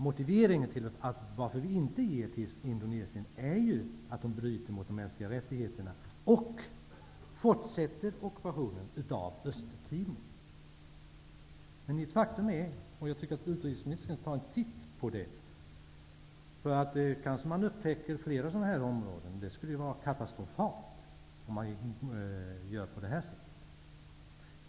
Motiveringen för att inte ge bistånd till Indonesien är ju att man där bryter mot mänskliga rättigheter och fortsätter ockupationen av Östtimor. Jag tycker att utrikesministern skall ta en titt på detta. Kanske upptäcks då att det går till på samma sätt i fråga om fler länder. Det skulle vara katastrofalt, om det är på det sättet.